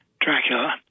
Dracula